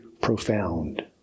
profound